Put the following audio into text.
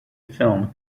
film